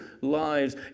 lives